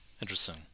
interesting